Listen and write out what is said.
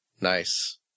Nice